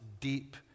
deep